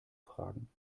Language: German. fragen